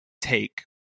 take